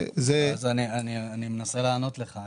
אני אנסה לענות לך.